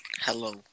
Hello